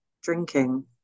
drinking